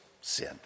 sin